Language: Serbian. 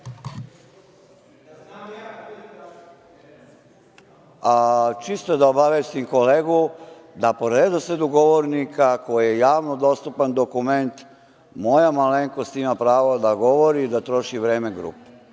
čisto da obavestim kolegu da po redosledu govornika koji je javno dostupan dokument, moja malenkost ima pravo da govori, da troši vreme grupe. Evo,